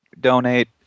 donate